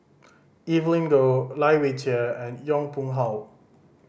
Evelyn Goh Lai Weijie and Yong Pung How